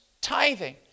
tithing